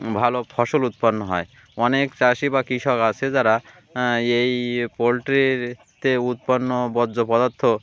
ভালো ফসল উৎপন্ন হয় অনেক চাষি বা কৃষক আছে যারা এই পোলট্রিতে উৎপন্ন বর্জ্য পদার্থ